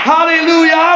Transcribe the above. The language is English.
Hallelujah